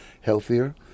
healthier